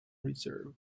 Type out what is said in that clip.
reserve